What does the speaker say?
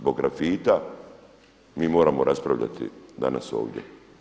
Zbog grafita mi moramo raspravljati danas ovdje.